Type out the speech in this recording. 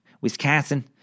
Wisconsin